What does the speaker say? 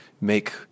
make